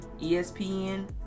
ESPN